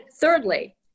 thirdly